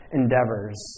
endeavors